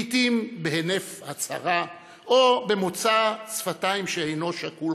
לעיתים בהינף הצהרה או במוצא שפתיים שאינו שקול,